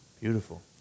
Beautiful